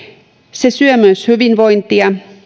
se syö myös hyvinvointia